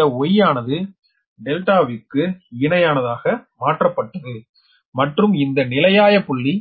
இந்த Y யானது ∆ விற்கு இணையானதாக மாற்றப்பட்டது மற்றும் இந்த நிலையாய புள்ளி